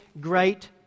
great